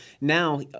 Now